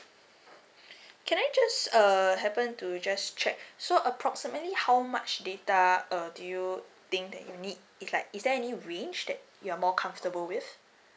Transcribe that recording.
can I just uh happen to just check so approximately how much data uh do you think that you need it's like is there any range that you're more comfortable with